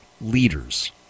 leaders